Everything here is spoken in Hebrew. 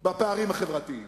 בפערים החברתיים?